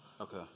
Okay